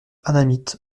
annamite